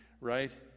right